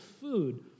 food